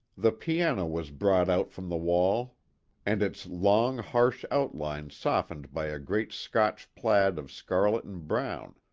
the piano was brought out from the wall and its long harsh outlines softened by a great scotch plaid of scarlet and brown,